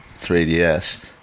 3DS